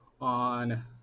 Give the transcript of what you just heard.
on